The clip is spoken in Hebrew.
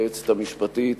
היועצת המשפטית,